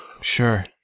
Sure